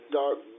dark